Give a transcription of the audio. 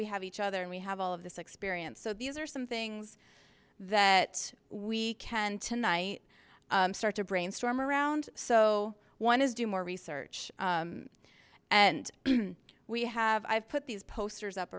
we have each other and we have all of this experience so these are some things that we can tonight start to brainstorm around so one is do more research and we have i have put these posters up